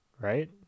right